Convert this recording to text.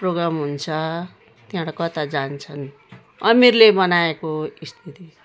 programme हुन्छ त्यहाँबाट कता जान्छन् अमीरले बनाएको स्मृति